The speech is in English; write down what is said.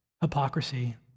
hypocrisy